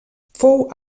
fou